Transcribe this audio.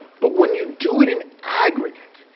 but when you do it in aggregate,